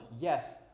Yes